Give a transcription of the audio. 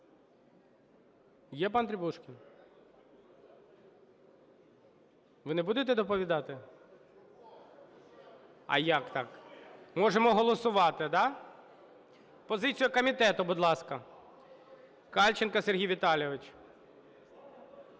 Є пан Требушкін? Ви не будете доповідати? А як так? Можемо голосувати, да? Позицію комітету, будь ласка. Кальченко Сергій Віталійович.